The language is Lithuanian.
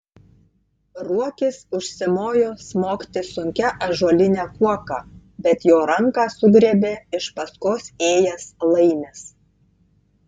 ruokis užsimojo smogti sunkia ąžuoline kuoka bet jo ranką sugriebė iš paskos ėjęs laimis